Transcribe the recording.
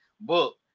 book